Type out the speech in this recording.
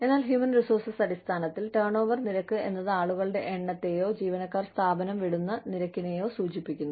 എന്നാൽ human resource അടിസ്ഥാനത്തിൽ turnover നിരക്ക് എന്നത് ആളുകളുടെ എണ്ണത്തെയോ ജീവനക്കാർ സ്ഥാപനം വിടുന്ന നിരക്കിനെയോ സൂചിപ്പിക്കുന്നു